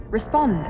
Respond